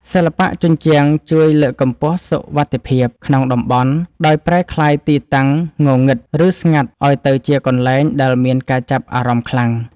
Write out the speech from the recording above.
សិល្បៈជញ្ជាំងជួយលើកកម្ពស់សុវត្ថិភាពក្នុងតំបន់ ដោយប្រែក្លាយទីតាំងងងឹត ឬស្ងាត់ឱ្យទៅជាកន្លែងដែលមានការចាប់អារម្មណ៍ខ្លាំង។